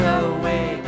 away